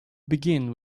begin